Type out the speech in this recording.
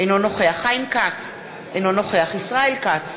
אינו נוכח חיים כץ, אינו נוכח ישראל כץ,